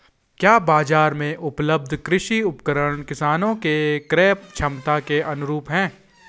क्या बाजार में उपलब्ध कृषि उपकरण किसानों के क्रयक्षमता के अनुरूप हैं?